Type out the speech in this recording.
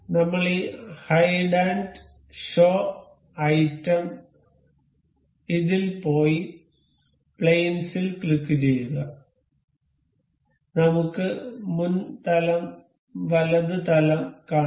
നമ്മൾ ഈ hide and show item ഇതിൽ പോയി പ്ലെയിൻസ് ൽ ക്ലിക്ക് ചെയ്യുക നമുക്ക് മുൻ തലം വലത് തലം കാണാം